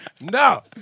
No